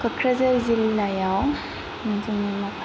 कक्राझार जिल्लायाव जोङो माबा